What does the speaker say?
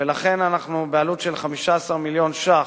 ולכן אנחנו, בעלות של 15 מיליון שקל,